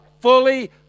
fully